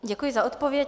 Děkuji za odpověď.